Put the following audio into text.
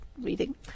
reading